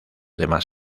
demás